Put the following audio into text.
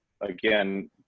again